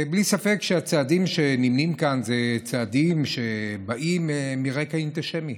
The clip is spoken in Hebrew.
בלי ספק, הצעדים שנמנים כאן באים על רקע אנטישמי.